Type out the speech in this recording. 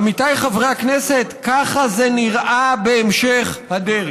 עמיתיי חברי הכנסת, ככה זה נראה בהמשך הדרך.